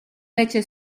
fece